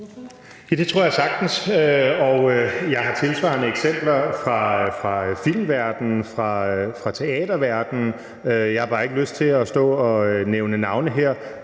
det tror jeg sagtens, og jeg har tilsvarende eksempler fra filmverdenen og fra teaterverdenen. Jeg har bare ikke lyst til at stå og nævne navne her,